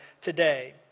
today